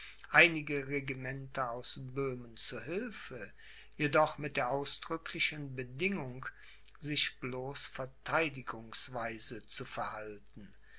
einige regimenter aus böhmen zu hilfe jedoch mit der ausdrücklichen bedingung sich bloß vertheidigungsweise zu verhalten